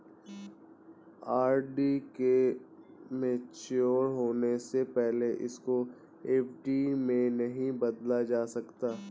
RD के mature होने से पहले इसको एफ.डी में नहीं बदला जा सकता